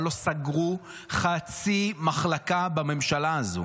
אבל לא סגרו חצי מחלקה בממשלה הזו.